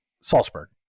Salzburg